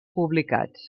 publicats